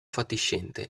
fatiscente